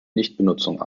nichtbenutzung